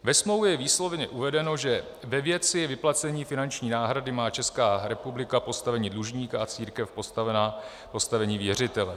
Ve smlouvě je výslovně uvedeno, že ve věci vyplacení finanční náhrady má Česká republika postavení dlužníka a církev postavení věřitele.